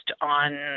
on